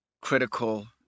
critical